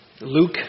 Luke